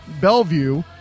Bellevue